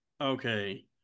Okay